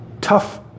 Tough